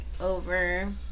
over